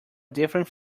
different